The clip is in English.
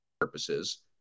purposes